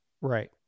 Right